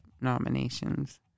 nominations